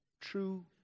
true